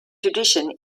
tradition